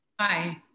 Hi